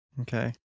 okay